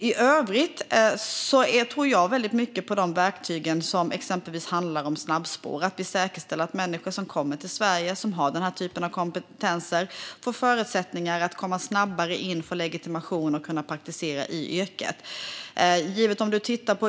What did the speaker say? I övrigt tror jag väldigt mycket på de verktyg som exempelvis handlar om snabbspår - att vi säkerställer att människor som kommer till Sverige och som har den här typen av kompetenser får förutsättningar att snabbare komma in och få legitimation så att de kan praktisera yrket.